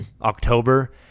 October